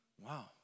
Wow